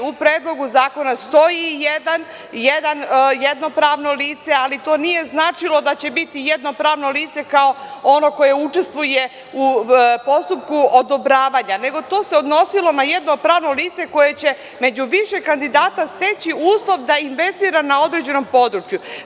U Predlogu zakona stoji jedno pravno lice, ali to nije značilo da će biti jedno pravno lice kao ono koje učestvuje u postupku odobravanja, nego to se odnosilo na jedno pravno lice koje će, među više kandidata steći uslov da investira na određenom području.